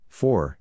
four